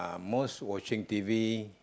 most watching t_v